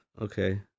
okay